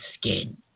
skin